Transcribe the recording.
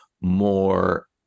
more